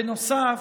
בנוסף,